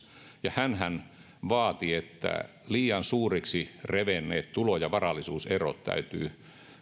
ja hänhän vaati että liian suureksi revenneet tulo ja varallisuuserot